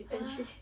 !huh!